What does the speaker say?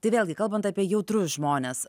tai vėlgi kalbant apie jautrius žmones